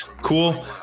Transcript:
Cool